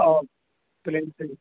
plane سے بھی